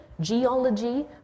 geology